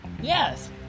Yes